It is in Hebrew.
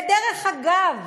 ואגב,